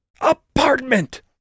Apartment